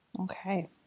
Okay